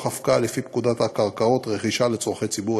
הפקעה לפי פקודת הקרקעות (רכישה לצורכי ציבור),